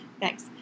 Thanks